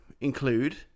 include